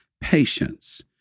patience